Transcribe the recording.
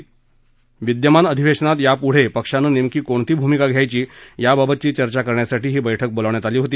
चालू अधिवेशनात यापुढे पक्षानं नेमकी कोणती भूमिका घ्यायची याबाबतची चर्चा करण्यासाठी ही बैठक बोलावण्यात आली होती